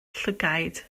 llygaid